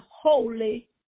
holy